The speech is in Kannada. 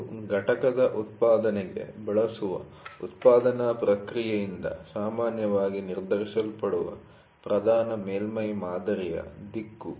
ಇದು ಘಟಕದ ಉತ್ಪಾದನೆಗೆ ಬಳಸುವ ಉತ್ಪಾದನಾ ಪ್ರಕ್ರಿಯೆಪ್ರಾಸೆಸ್'ನಿಂದ ಸಾಮಾನ್ಯವಾಗಿ ನಿರ್ಧರಿಸಲ್ಪಡುವ ಪ್ರಧಾನ ಮೇಲ್ಮೈ ಮಾದರಿಯ ದಿಕ್ಕು